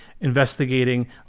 investigating